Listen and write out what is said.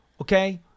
Okay